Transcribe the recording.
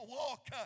walk